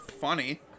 funny